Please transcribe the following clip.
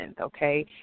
okay